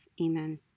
Amen